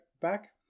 back